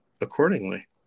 accordingly